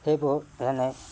সেইবোৰ যেনে